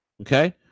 okay